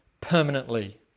permanently